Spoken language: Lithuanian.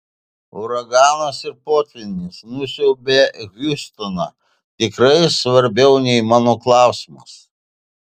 uraganas ir potvynis nusiaubę hjustoną tikrai svarbiau nei mano klausimas